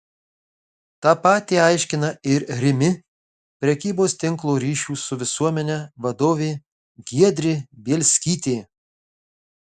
tą patį aiškina ir rimi prekybos tinklo ryšių su visuomene vadovė giedrė bielskytė